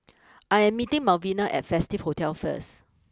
I am meeting Malvina at Festive Hotel first